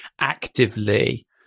actively